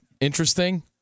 interesting